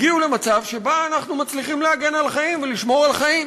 הגיעו למצב שבו אנחנו מצליחים להגן על חיים ולשמור על החיים.